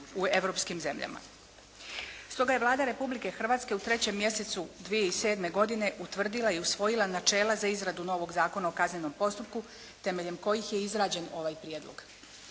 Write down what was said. u europskim zemljama. Stoga je Vlada Republike Hrvatske u trećem mjesecu 2007. godine utvrdila i usvojila načela za izradu novog Zakona o kaznenom postupku, temeljem kojih je izrađen ovaj prijedlog.